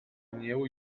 new